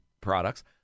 products